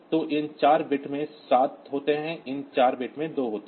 तो इन चार बिट्स में 7 होते हैं इन चार बिट्स में 2 होते हैं